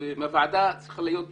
ומהוועדה צריך לצאת